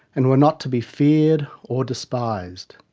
and were not to be feared or despised.